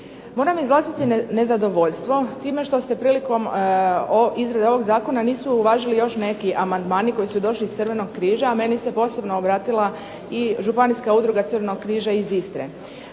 Moram naglasiti nezadovoljstvo time što se prilikom izrade ovog zakona nisu uvažili još neki amandmani koji su došli iz Crvenog križa, a meni se posebno obratila i županijska udruga Crvenog križa iz Istre.